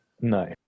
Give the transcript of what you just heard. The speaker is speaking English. No